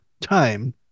time